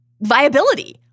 viability